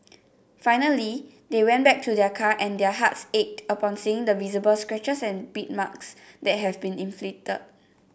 finally they went back to their car and their hearts ached upon seeing the visible scratches and bite marks that had been inflicted